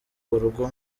urugo